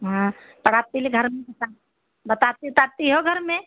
हाँ पढ़ाती ले घर में बता बताती ओताती हो घर में